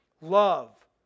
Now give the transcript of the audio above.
love